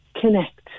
Connect